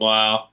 Wow